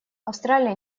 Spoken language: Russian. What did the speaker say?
австралия